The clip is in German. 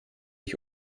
ich